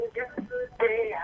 yesterday